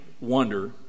wonder